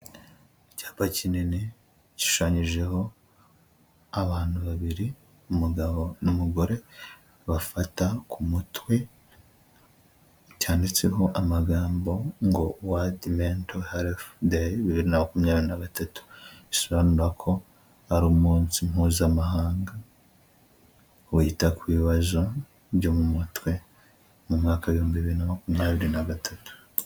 Icyapa kinini gishushanyijeho abantu babiri, umugabo n'umugore bafata ku mutwe. Cyanditseho amagambo ngo waridi mento helefu de bibiri na makumyabiri na gatatu, bisobanura ko ari umunsi mpuzamahanga wita ku bibazo byo mu mutwe. Mu mwaka w' ibihumbi bibiri na makumyabiri na gatatu.